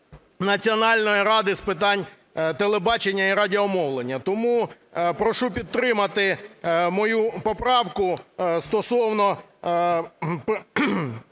Національної ради з питань телебачення і радіомовлення. Тому прошу підтримати мою поправку стосовно